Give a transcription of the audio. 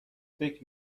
فکر